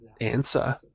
answer